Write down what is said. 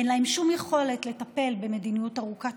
אין להם שום יכולת לטפל במדיניות ארוכת